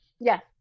Yes